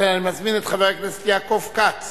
לכן אני מזמין את חבר הכנסת יעקב כץ